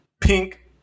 pink